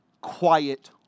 quiet